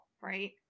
Right